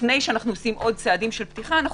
לפני שאנחנו עושים עוד צעדי פתיחה אנחנו